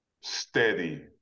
steady